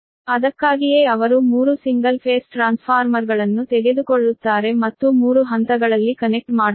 ಅದಕ್ಕಾಗಿಯೇ ಅವರು 3 single phase ಟ್ರಾನ್ಸ್ಫಾರ್ಮರ್ಗಳನ್ನು ತೆಗೆದುಕೊಳ್ಳುತ್ತಾರೆ ಮತ್ತು 3 ಹಂತಗಳಲ್ಲಿ ಕನೆಕ್ಟ್ ಮಾಡುತ್ತಾರೆ